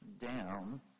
down